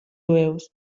jueus